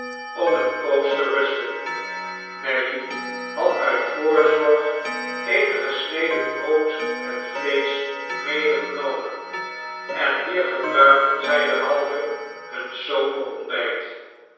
om eene poos te rusten nelly had uit voorzorg eenige sneden brood en vleesch medegenomen en hier gebruikten zij derhalve hun sober ontbijt